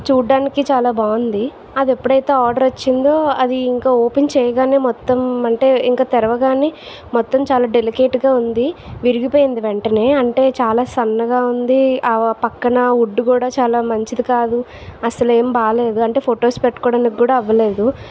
చూడడానికి చాలా బాగుంది అది ఎప్పుడైతే ఆర్డర్ వచ్చిందో అది ఇంక ఓపెన్ చేయగానే మొత్తం అంటే ఇంకా తెరవగానే మొత్తం చాలా డెలికేట్గా ఉంది విరిగిపోయింది వెంటనే అంటే చాలా సన్నగా ఉంది ఆ పక్కన వుడ్ కూడా చాలా మంచిది కాదు అసలేం బాలేదు అంటే ఫోటోస్ పెట్టుకోవడానికి కూడా అవ్వలేదు